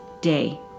day